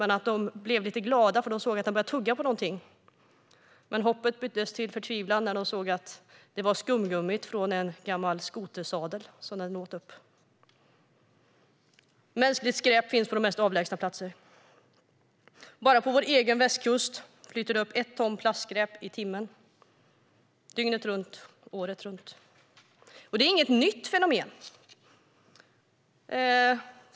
Men de blev lite glada när de såg att isbjörnen tuggade på någonting. Fast hoppet byttes till förtvivlan när de såg att det var skumgummi från ett skotersäte som den tuggade på. Mänskligt skräp finns på de mest avlägsna platser. Bara på vår egen västkust flyter det upp 1 ton plastskräp i timmen, dygnet runt, året runt. Det är inget nytt fenomen.